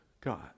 God